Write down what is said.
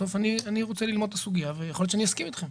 אני רוצה ללמוד את הסוגיה ויכול להיות שאני אסכים אתכם.